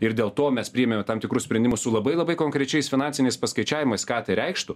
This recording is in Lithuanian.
ir dėl to mes priėmėme tam tikrus sprendimus su labai labai konkrečiais finansiniais paskaičiavimais ką tai reikštų